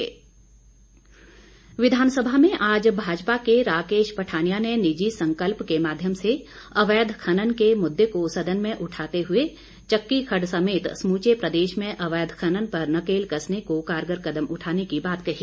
संकल्प चर्चा विधान सभा में आज भाजपा के राकेश पठानिया ने निजी संकल्प के माध्यम से अवैध खनन के मुद्दे को सदन में उठाते हुए चक्की खडड समेत समूचे प्रदेश में अवैध खनन पर नकेल कसने को कारगर कदम उठाने की बात कही